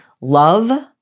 Love